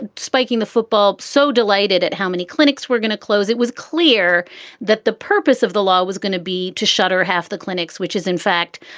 and spiking the football. so delighted at how many clinics were going to close. it was clear that the purpose of the law was going to be to shutter half the clinics, which is, in fact,